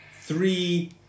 three